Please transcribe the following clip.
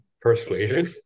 Persuasion